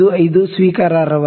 5 ಸ್ವೀಕಾರಾರ್ಹವಲ್ಲ